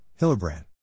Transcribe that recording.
Hillebrand